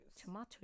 tomato